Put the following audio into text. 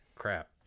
crap